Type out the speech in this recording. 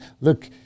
Look